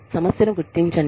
సమస్యను గుర్తించండి